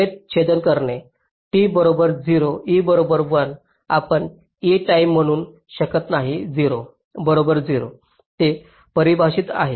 टाईमेत छेदन करणे t बरोबर 0 e बरोबर 1 आपण e टाईम म्हणू शकत नाही 0 बरोबर 0 ते अपरिभाषित आहे